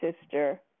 sister